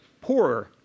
poorer